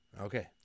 Okay